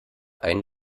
ein